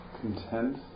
Content